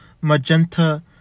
magenta